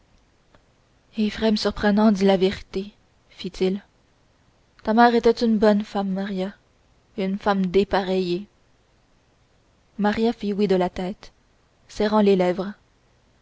éphrem surprenant a dit la vérité fit-il ta mère était une bonne femme maria une femme dépareillée maria fit oui de la tête serrant les lèvres